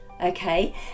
okay